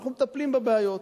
אנחנו מטפלים בבעיות.